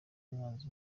umwanzi